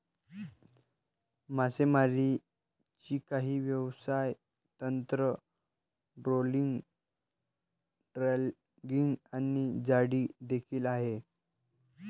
मासेमारीची काही व्यवसाय तंत्र, ट्रोलिंग, ड्रॅगिंग आणि जाळी देखील आहे